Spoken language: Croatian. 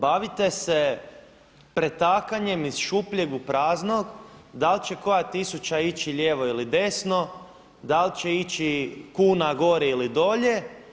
Bavite se pretakanjem iz šupljeg u prazno, da li će koja tisuća ići lijevo ili desno, da li će ići kuna gore ili dolje.